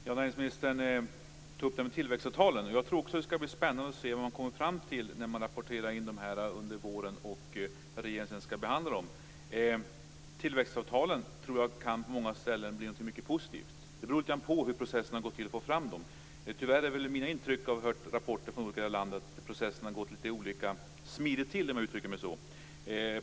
Fru talman! Näringsministern tog upp tillväxtavtalen. Jag tror också att det skall bli spännande att se vad man kommer fram till när man rapporterar in det här under våren och regeringen skall behandla det. Tillväxtavtalen tror jag kan leda till mycket positivt på många ställen. Det beror lite grand på hur processen har gått till för att få fram dem. Tyvärr är mina intryck, och jag har också hört rapporter från olika delar av landet, att processen har gått lite olika smidigt till, om jag uttrycker mig så.